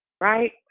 right